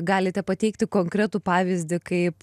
galite pateikti konkretų pavyzdį kaip